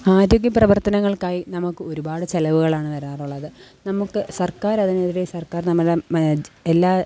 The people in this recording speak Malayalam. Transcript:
ആരോഗ്യപ്രവർത്തനങ്ങൾക്കായി നമുക്ക് ഒരുപാട് ചിലവുകളാണ് വരാറുള്ളത് നമുക്ക് സർക്കാർ അതിനെതിരെ സർക്കാർ നമ്മുടെ എല്ലാ